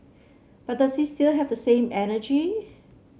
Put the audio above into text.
but does he still have the same energy